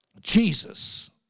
Jesus